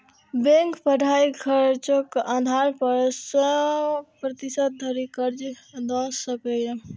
bank पढ़ाइक खर्चक आधार पर सय प्रतिशत धरि कर्ज दए सकैए